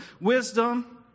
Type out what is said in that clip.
wisdom